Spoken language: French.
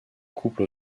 couple